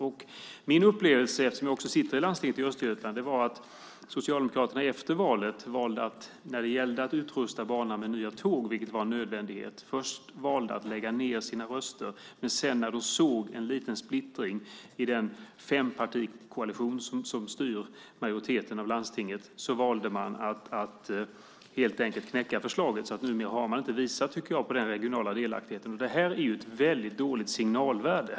Jag sitter också i landstinget i Östergötland, och när det gällde att utrusta banan med nya tåg, vilket var en nödvändighet, valde Socialdemokraterna först att lägga ned sina röster, men sedan när de såg en liten splittring i den fempartikoalition som styr landstinget valde man att helt enkelt knäcka förslaget. Numera har man inte visat den regionala delaktigheten. Det här har ett väldigt dåligt signalvärde.